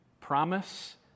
promise